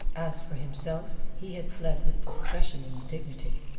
as for himself, he had fled with discretion and dignity.